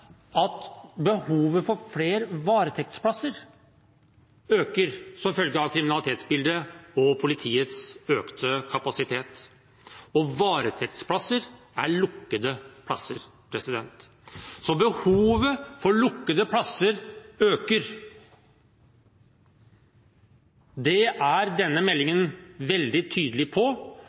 at behovet for flere varetektsplasser øker som følge av kriminalitetsbildet og politiets økte kapasitet, og varetektsplasser er lukkede plasser. Så behovet for lukkede plasser øker. Det er denne meldingen veldig tydelig på,